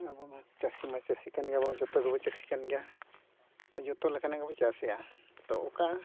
ᱟᱵᱚᱢᱟ ᱪᱟᱥᱤᱢᱟ ᱪᱟᱥᱤ ᱠᱟᱱ ᱜᱮᱭᱟ ᱵᱚᱱ ᱡᱚᱛᱚ ᱜᱮᱵᱚᱱ ᱪᱟᱥᱤ ᱠᱟᱱ ᱜᱮᱭᱟ ᱡᱚᱛᱚ ᱞᱮᱠᱟᱱᱟᱜ ᱜᱮᱵᱚᱱ ᱪᱟᱥᱮᱜᱼᱟ ᱛᱚ ᱚᱠᱟ